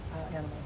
animals